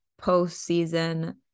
postseason